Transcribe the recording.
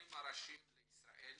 לרבנים הראשיים בישראל,